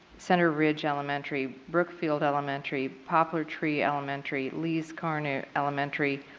center ridge elementary, brookfield elementary, poplar tree elementary. lease corner elementary,